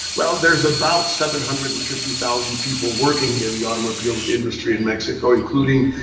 well, there's about seven hundred and fifty thousand people working in the automobile industry in mexico including